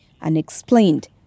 unexplained